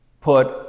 put